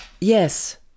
Yes